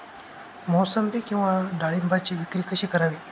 मोसंबी किंवा डाळिंबाची विक्री कशी करावी?